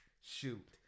shoot